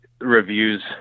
reviews